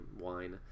wine